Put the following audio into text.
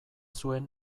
zuen